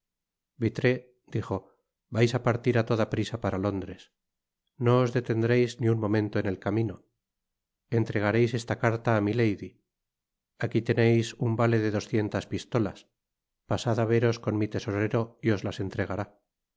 vitray dijo vais á partir á toda prisa para londres no os detendreis ni un momento en el camino entregareis esta carta á milady aqui teneis un vale de doscientas pistolas pasad á veros con mi tesorero y os las entregará